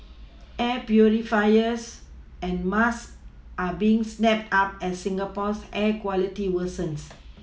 air purifiers and masks are being snapped up as Singapore's air quality worsens